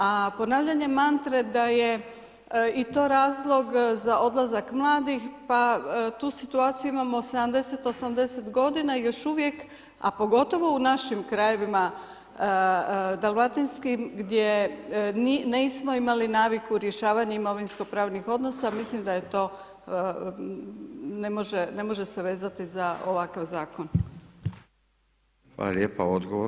A ponavljanje mantre da je i to razlog za odlazak mladih, pa tu situaciju imamo 70-80 g. i još uvijek a pogotovo u našim krajevima, Dalmatinskim, gdje nismo imali naviku rješavanja imovinsko pravnih odnosa, mislim da je to, ne može se vezati za ovakav zakon.